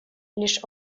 лишь